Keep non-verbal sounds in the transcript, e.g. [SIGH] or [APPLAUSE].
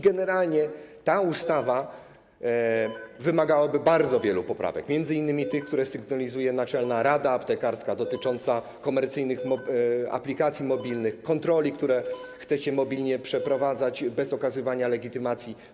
Generalnie ta ustawa [NOISE] wymagałaby bardzo wielu poprawek, m.in. tych, które sygnalizuje Naczelna Izba Aptekarska, dotyczących komercyjnych aplikacji mobilnych, kontroli, które chcecie mobilnie przeprowadzać bez okazywania legitymacji.